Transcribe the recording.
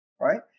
right